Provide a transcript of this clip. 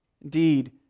Indeed